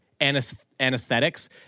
anesthetics